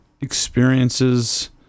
experiences